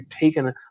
taken